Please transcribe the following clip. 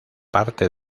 parte